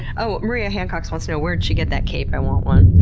oh, maria hancox wants to know where'd she get that cape? i want one.